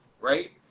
right